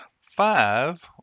Five